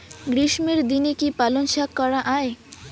গ্রীষ্মের দিনে কি পালন শাখ করা য়ায়?